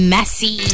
Messy